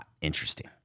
interesting